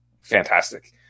fantastic